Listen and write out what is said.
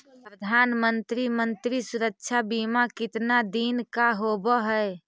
प्रधानमंत्री मंत्री सुरक्षा बिमा कितना दिन का होबय है?